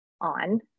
on